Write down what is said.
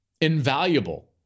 invaluable